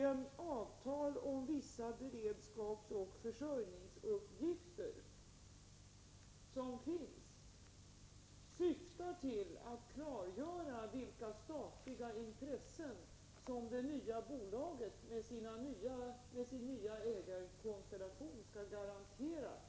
Det avtal om vissa beredskapsoch försörjningsuppgifter som finns syftar till att klargöra vilka statliga intressen som det nya bolaget med sin nya ägarkonstellation skall garantera.